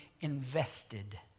invested